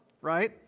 right